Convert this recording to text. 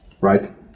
Right